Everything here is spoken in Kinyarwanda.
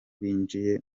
binjiye